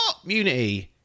community